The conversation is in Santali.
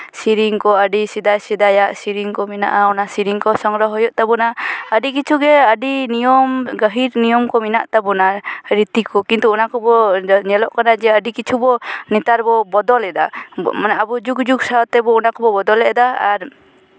ᱥᱮᱨᱮᱧ ᱠᱚ ᱟᱹᱰᱤ ᱥᱮᱫᱟᱭ ᱥᱮᱫᱟᱭᱟᱜ ᱥᱮᱨᱮᱧ ᱠᱚ ᱢᱮᱱᱟᱜᱼᱟ ᱚᱱᱟ ᱥᱮᱨᱮᱧ ᱠᱚ ᱥᱚᱝᱜᱨᱚᱦᱚ ᱦᱩᱭᱩᱜ ᱛᱟᱵᱚᱱᱟ ᱟᱹᱰᱤ ᱠᱤᱪᱷᱩᱜᱮ ᱟᱹᱰᱤ ᱱᱤᱭᱚᱢ ᱜᱟᱹᱦᱤᱨ ᱱᱤᱭᱚᱢ ᱠᱚ ᱢᱮᱱᱟᱜ ᱛᱟᱵᱚᱱᱟ ᱟᱨ ᱨᱤᱛᱤ ᱠᱚ ᱠᱤᱱᱛᱩ ᱚᱱᱟ ᱠᱚᱵᱚ ᱧᱮᱞᱚᱜ ᱠᱟᱱᱟ ᱡᱮ ᱟᱹᱰᱤ ᱠᱤᱪᱷᱩ ᱵᱚ ᱱᱮᱛᱟᱨ ᱵᱚ ᱵᱚᱫᱚᱞᱮᱫᱟ ᱟᱵᱚ ᱢᱟᱱᱮ ᱡᱩᱜᱽ ᱡᱩᱜᱽ ᱥᱟᱶᱛᱮ ᱵᱚ ᱚᱱᱟ ᱠᱚᱵᱚ ᱵᱚᱫᱚᱞᱮᱫᱟ ᱟᱨ